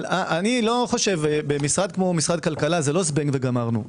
אבל במשרד כמו משרד הכלכלה זה לא זבנג וגמרנו.